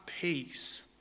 peace